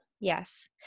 Yes